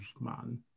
man